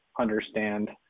understand